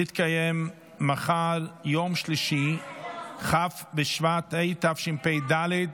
תתקיים מחר, יום שלישי כ' בשבט התשפ"ד,